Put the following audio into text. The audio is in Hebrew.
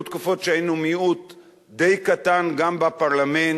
והיו תקופות שהיינו מיעוט די קטן גם בפרלמנט,